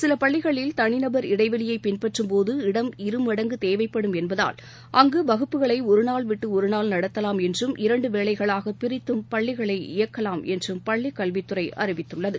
சிலபள்ளிகளில் தனிநபர் இடைவெளியைப் பின்பற்றும் போது இடம் இருமடங்கு தேவைப்படும் என்பதால் அங்குவகுப்புகளைஒருநாள் விட்டுஒருநாள் நடத்தலாம் என்றும் இரண்டுவேளைகளாகப் பிரித்தும் பள்ளிகளை இயக்கலாம் என்றும் பள்ளிக்கல்வித்துறைஅறிவித்துள்ளது